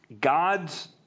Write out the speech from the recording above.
God's